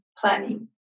planning